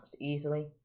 easily